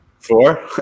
Four